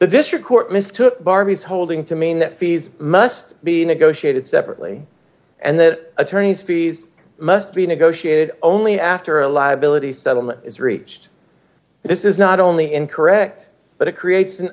mistook barbie's holding to mean that fees must be negotiated separately and that attorneys fees must be negotiated only after a liability settlement is reached this is not only incorrect but it creates an